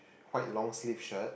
white long sleeve shirt